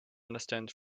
understand